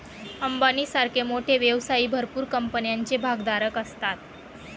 अंबानी सारखे मोठे व्यवसायी भरपूर कंपन्यांचे भागधारक असतात